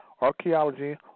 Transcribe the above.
archaeology